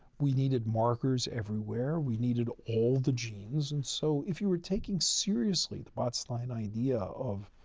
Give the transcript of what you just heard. we needed markers everywhere, we needed all the genes. and so, if you were taking seriously the botstein idea of